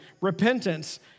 repentance